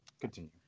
Continue